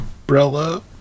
Umbrella